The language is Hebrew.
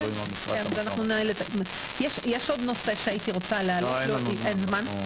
יש עוד נושא שהייתי רוצה להעלות- -- אין לנו זמן,